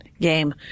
game